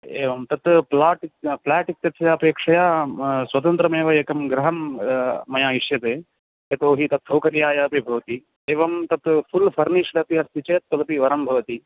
एवं तद् flat flat इत्यस्य अपेक्षया स्वतन्त्रमेव एकं गृहं मया इष्यते यतो हि तत् सौकर्याय अपि भवति एवं तत् फ़ुल् फ़र्निश्ड् अपि अस्ति चेत् तदपि वरं भवति